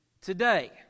today